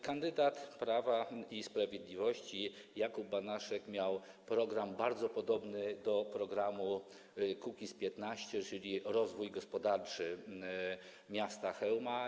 Kandydat Prawa i Sprawiedliwości Jakub Banaszek miał program bardzo podobny do programu Kukiz’15, tj. rozwój gospodarczy miasta Chełma.